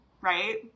right